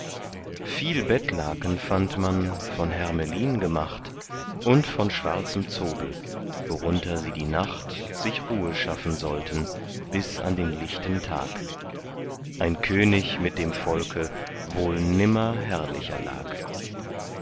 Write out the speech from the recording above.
viel bettlaken fand man von hermelin gemacht und von schwarzem zobel worunter sie die nacht sich ruhe schaffen sollten bis an den lichten tag ein könig mit dem volke wohl nimmer herrlicher lag